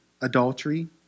adultery